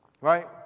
right